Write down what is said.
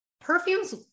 perfumes